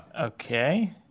okay